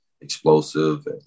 explosive